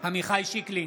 עמיחי שיקלי,